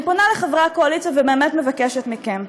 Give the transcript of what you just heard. אני פונה לחברי הקואליציה ובאמת מבקשת מכם: